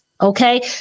okay